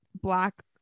black